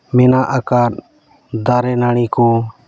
ᱢᱮᱱᱟᱜ ᱟᱠᱟᱫ ᱫᱟᱨᱮᱼᱱᱟᱹᱲᱤ ᱠᱚ